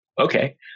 okay